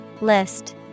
List